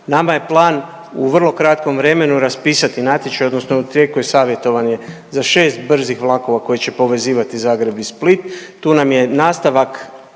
Nama je plan u vrlo kratkom vremenu raspisati natječaj, odnosno u tijeku je savjetovanje za 6 brzih vlakova koji će povezivati Zagreb i Split. Tu nam je nastavak